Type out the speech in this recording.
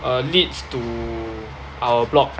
err leads to our block